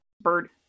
Bird